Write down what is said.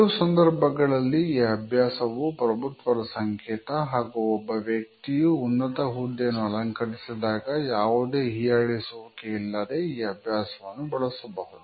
ಕೆಲವು ಸಂದರ್ಭಗಳಲ್ಲಿ ಈ ಅಭ್ಯಾಸವು ಪ್ರಭುತ್ವದ ಸಂಕೇತ ಹಾಗೂ ಒಬ್ಬ ವ್ಯಕ್ತಿಯು ಉನ್ನತ ಹುದ್ದೆಯನ್ನು ಅಲಂಕರಿಸಿದಾಗ ಯಾವುದೇ ಹೀಯಾಳಿಸುವಿಕೆ ಇಲ್ಲದೆ ಈ ಅಭ್ಯಾಸವನ್ನು ಬಳಸಬಹುದು